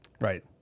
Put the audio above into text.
Right